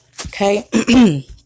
Okay